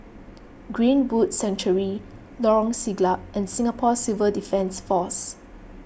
Greenwood Sanctuary Lorong Siglap and Singapore Civil Defence force